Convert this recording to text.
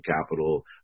capital